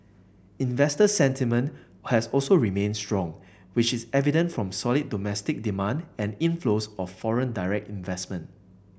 investor sentiment has also remained strong which is evident from solid domestic demand and inflows of foreign direct investment